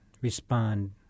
respond